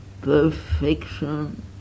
perfection